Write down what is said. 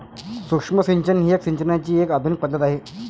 सूक्ष्म सिंचन ही सिंचनाची एक आधुनिक पद्धत आहे